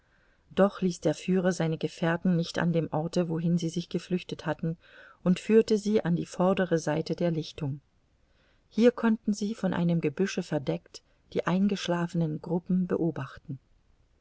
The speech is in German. doch ließ der führer seine gefährten nicht an dem orte wohin sie sich geflüchtet hatten und führte sie an die vordere seite der lichtung hier konnten sie von einem gebüsche verdeckt die eingeschlafenen gruppen beobachten